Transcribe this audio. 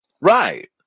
Right